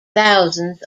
thousands